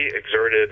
exerted